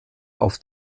auf